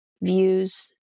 views